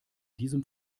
diesem